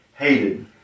Hated